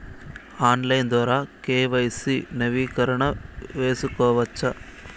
Online ద్వారా KYC నవీకరణ సేసుకోవచ్చా?